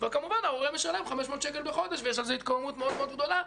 וכמובן ההורה משלם 500 שקל בחודש ויש על זה התקוממות מאוד-מאוד גדולה.